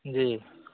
जी